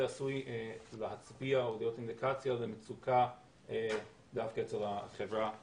עשוי להצביע או להיות אינדיקציה למצוקה דווקא אצל החברה הערבית.